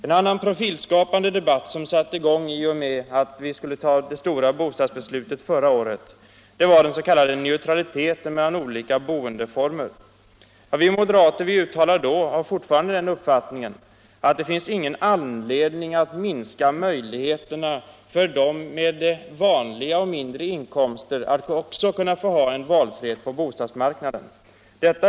En annan profilskapande debatt som satte i gång i och med att vi skulle ta det stora bostadsbeslutet förra året var den s.k. neutraliteten mellan olika boendeformer. Vi moderater uttalade då och har fortfarande den uppfattningen att det inte finns någon anledning att minska möjligheterna för dem med vanliga och mindre inkomster att också få valfrihet på bostadsmarknaden.